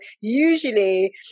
usually